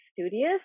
studious